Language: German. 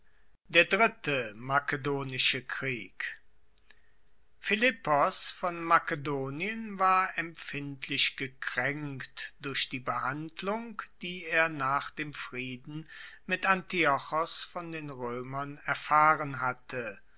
der dritte makedonische krieg philippos von makedonien war empfindlich gekraenkt durch die behandlung die er nach dem frieden mit antiochos von den roemern erfahren hatte